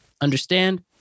understand